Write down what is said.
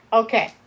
okay